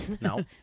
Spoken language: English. No